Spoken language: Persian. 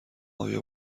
آیا